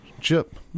Chip